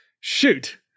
shoot